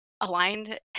aligned